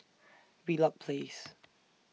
Wheelock Place